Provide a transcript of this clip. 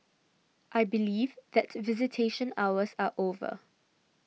I believe that visitation hours are over